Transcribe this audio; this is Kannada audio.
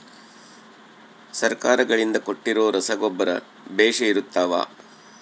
ಸರ್ಕಾರಗಳಿಂದ ಕೊಟ್ಟಿರೊ ರಸಗೊಬ್ಬರ ಬೇಷ್ ಇರುತ್ತವಾ?